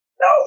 No